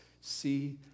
see